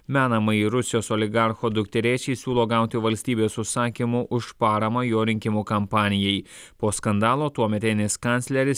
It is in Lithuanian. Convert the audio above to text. menamai rusijos oligarcho dukterėčiai siūlo gauti valstybės užsakymų už paramą jo rinkimų kampanijai po skandalo tuometinis kancleris